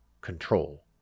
control